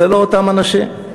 זה לא אותם אנשים.